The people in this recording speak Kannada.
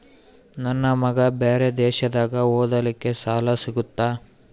ನನ್ನ ಮಗ ಬೇರೆ ದೇಶದಾಗ ಓದಲಿಕ್ಕೆ ಸಾಲ ಸಿಗುತ್ತಾ?